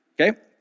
Okay